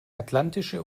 atlantische